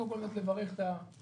קודם כל אני רוצה לברך את המנכ"ל,